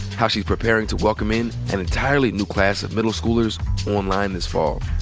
how she's preparing to welcome in an entirely new class of middle schoolers online this fall.